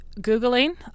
Googling